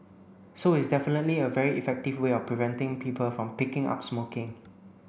so it's definitely a very effective way of preventing people from picking up smoking